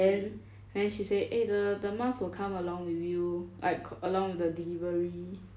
then then she say eh the the mask will come along with you like along with th delivery